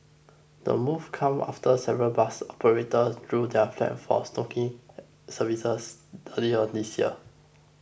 the move comes after several bus operators drew their flak for shoddy services earlier this year